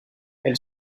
elle